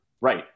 Right